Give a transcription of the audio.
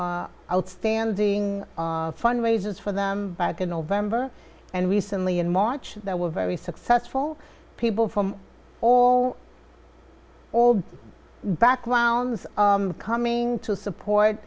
outstanding fundraisers for them back in november and recently in march there were very successful people from all all backgrounds coming to support